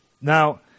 Now